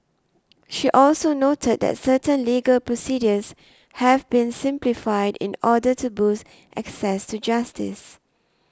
she also noted that certain legal procedures have been simplified in order to boost access to justice